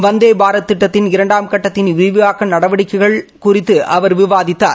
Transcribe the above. வந்தே பாரத் திட்டத்தின் இரண்டாம் கட்டத்தின் விரிவாக்க நடவடிக்கைகள் அவர் விவாதித்தார்